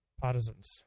partisans